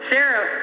Sarah